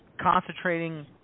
concentrating